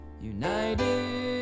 United